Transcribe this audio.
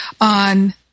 on